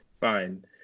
Fine